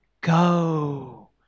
go